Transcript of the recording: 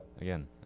Again